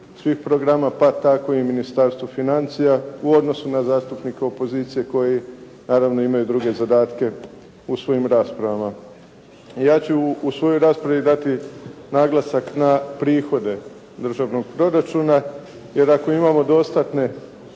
svih programa pa tako i Ministarstvo financija u odnosu na zastupnike u opoziciji koji naravno imaju druge zadatke u svojim rasprava. Ja ću u svojoj raspravi dati naglasak na prihode državnog proračuna, jer ako imamo dostatne